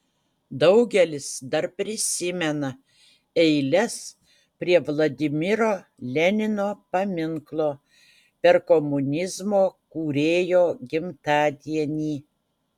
daugelis dar prisimena eiles prie vladimiro lenino paminklo per komunizmo kūrėjo gimtadienį